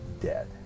Dead